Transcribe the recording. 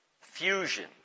fusion